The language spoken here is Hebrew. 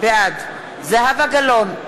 בעד זהבה גלאון,